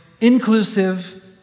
inclusive